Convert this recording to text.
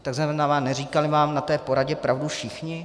To znamená, neříkali vám na té poradě pravdu všichni?